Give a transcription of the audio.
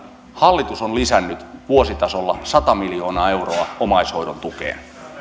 hallitus on lisännyt vuositasolla sata miljoonaa euroa omaishoidon tukeen